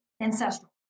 ancestral